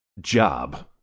job